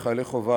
חיילי חובה,